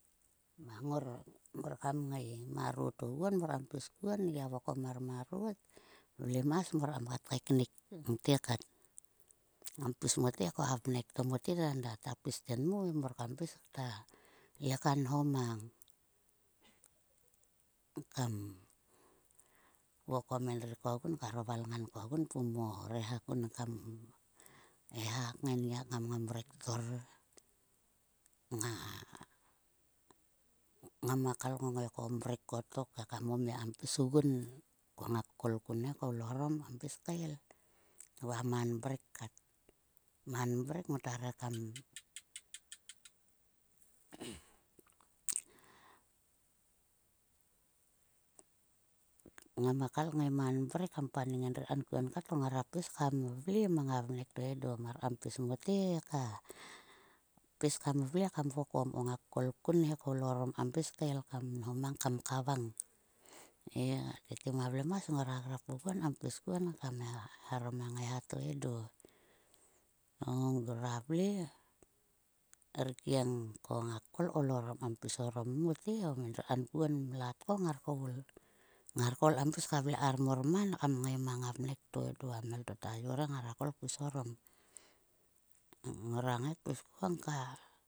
Mang ngor, mor kam ngai marot oguon mar kam pis kuon vokom mar marot vlemas mor kamkat kaiknik te kat ko a vrek to mote enda ta pis tenmo he mor kamle ka nho mang. Kam vokom endri koguon, karo valngan kogun pum o reha kun kam eha ngai nngia. Ngam, ngam rektor. Ngama kal ngongai ko mrek kotok ekam o mia kam pis gun. Ko ngak kol kun he kpis orom kam pis kael. Va man mrek kat, man mrek ngota re kam ngam a kal ngai man mrek kam paning endri kankuon kat ngara pis kam vle mang a vnek to endo. Mar kam pis mote he ka pis kam vle kam vokom ko ngak kol kun kam pis kael nhong mang kavang. He tete ma vlemas ngora grap oguon kam pis kuon kam herom a ngaiha to edo. O ngora vle rkieng ko ngak kol koul orom kam pis orom mote. Ko endri kankuon mlat ko ngar koul, ngar koul kam pis ka vle kar mor man kam ngai ma vnek to edo. A mhel to ta yor he ngara kol kpis orom, ngora ngai kpis kuon ka.